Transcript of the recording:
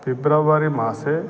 फिब्रवरि मासे